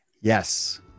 yes